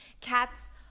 cats